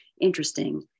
interesting